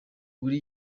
muri